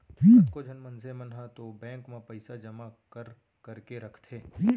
कतको झन मनसे मन ह तो बेंक म पइसा जमा कर करके रखथे